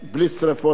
תודה רבה.